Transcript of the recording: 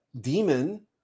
demon